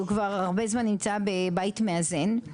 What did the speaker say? הוא כבר הרבה זמן נמצא בבית מאזן.